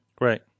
Right